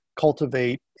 cultivate